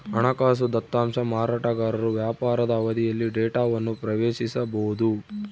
ಹಣಕಾಸು ದತ್ತಾಂಶ ಮಾರಾಟಗಾರರು ವ್ಯಾಪಾರದ ಅವಧಿಯಲ್ಲಿ ಡೇಟಾವನ್ನು ಪ್ರವೇಶಿಸಬೊದು